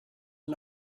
are